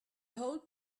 whole